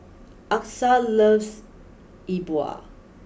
Achsah loves E Bua